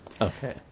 Okay